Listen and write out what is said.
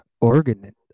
organ